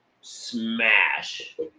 smash